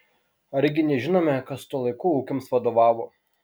argi nežinome kas tuo laiku ūkiams vadovavo